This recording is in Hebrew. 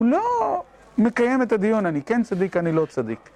הוא לא מקיים את הדיון, אני כן צדיק, אני לא צדיק.